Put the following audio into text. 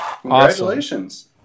Congratulations